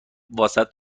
واست